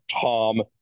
tom